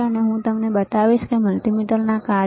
અને હું તમને બતાવીશ મલ્ટિમીટરના કાર્યો